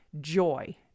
joy